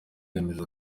yemeza